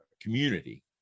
community